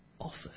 offers